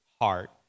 heart